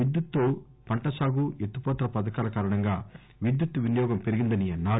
విద్యుత్ తో పంటసాగు ఎత్తిపోతల పథకాల కారణంగా విద్యుత్ వినియోగం పెరిగిందన్నారు